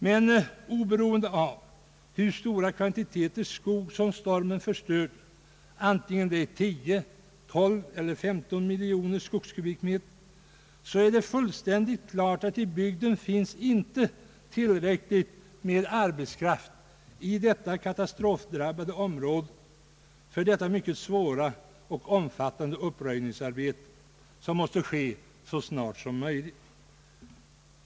Men oberoende av hur stora kvantiteter skog som stormen förstörde, antingen det är 10, 12 eller i5 miljoner kubikmeter, är det fullständigt klart att det i bygden inte finns tillräckligt med arbetskraft för detta mycket svåra och omfattande uppröjningsarbete som måste ske så snart som möjligt.